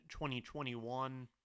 2021